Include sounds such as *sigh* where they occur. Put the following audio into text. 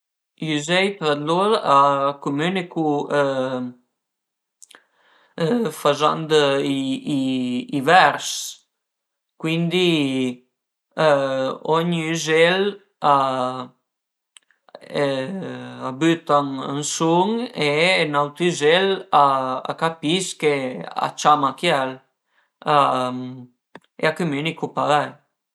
I üzei tra lur a cumünicu fazand i vers, cuindi *hesitation* ogni üzel *hesitation* a büta ün sun e n'aute üzel a capis ch'a ciama chiel e a cumünicu parei